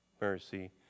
mercy